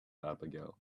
abigail